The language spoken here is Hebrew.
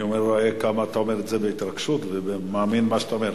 אני רואה כמה אתה אומר את זה בהתרגשות ומאמין במה שאתה אומר.